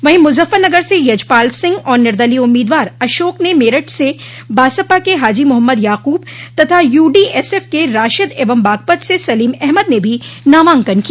वहीं मुजफ्फरनगर से यजपाल सिंह और निर्दलीय उम्मीदवार अशोक ने मेरठ से बसपा के हाजी मोहम्मद याकूब तथा यूडीएसएफ के राशिद एवं बागपत से सलीम अहमद ने भी नामांकन किया